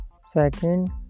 Second